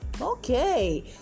Okay